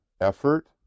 effort